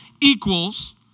equals